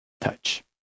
touch